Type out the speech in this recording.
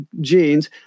genes